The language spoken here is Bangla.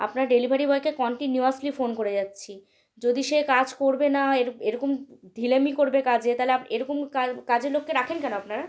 আপনার ডেলিভারি বয়কে কন্টিনিউয়াসলি ফোন করে যাচ্ছি যদি সে কাজ করবে না এরকম ঢিলেমি করবে কাজে তাহলে আপ এরকম কাজের লোককে রাখেন কেন আপনারা